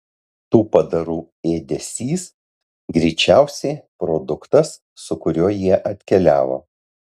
tų padarų ėdesys greičiausiai produktas su kuriuo jie atkeliavo